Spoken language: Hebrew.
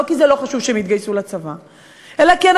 לא כי זה לא חשוב שהם יתגייסו לצבא,